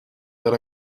that